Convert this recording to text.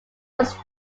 was